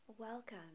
Welcome